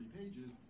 pages